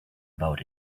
about